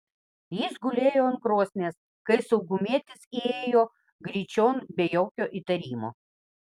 jis gulėjo ant krosnies kai saugumietis įėjo gryčion be jokio įtarimo